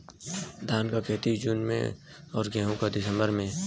धान क खेती जून में अउर गेहूँ क दिसंबर में?